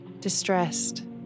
Distressed